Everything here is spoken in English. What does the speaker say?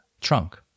trunk